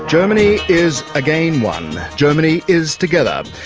germany is again one, germany is together.